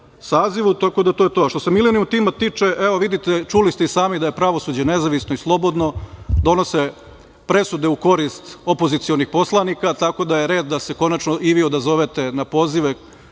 Tako da to je to. Što se tiče „Milenijum tima“ evo vidite, čuli ste i sami da je pravosuđe nezavisno i slobodno, donose presude u korist opozicionih poslanika tako da je red da se konačno i vi odazovete na pozive,